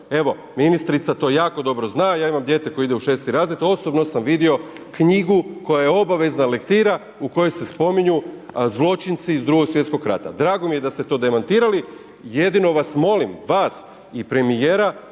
Evo ministrica to jako dobro zna, ja imam dijete koje ide u 6. razred, osobno sam vidio knjigu koja je obavezna lektira u kojoj se spominju zločinci iz II. svjetskog rata. Drago mi je da ste to demantirali, jedino vas molim, vas i premijera